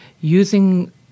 using